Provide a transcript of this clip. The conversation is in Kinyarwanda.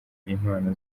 impano